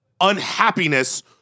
unhappiness